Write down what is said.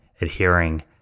adhering